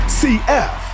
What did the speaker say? cf